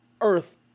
Earth